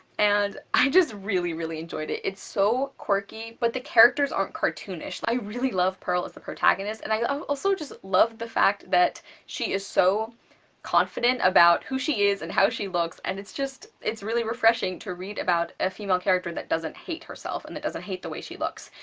and i just really, really enjoyed it. it's so quirky, but the characters aren't cartoonish. i really love pearl as the protagonist, and i also just love the fact that she is so confident about who she is and how she looks, and it's just it's really refreshing to read about a female character that doesn't hate herself and that doesn't hate the way she looks.